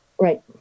right